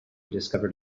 discovered